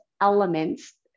elements